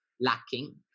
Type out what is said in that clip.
lacking